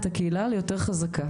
את הקהילה ליותר חזקה.